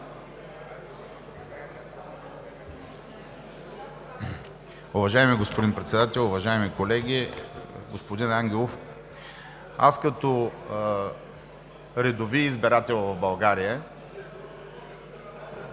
Уважаеми господин Председател, уважаеми колеги, господин Ангелов! Аз като редови избирател в България